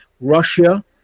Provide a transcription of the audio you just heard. russia